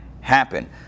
Happen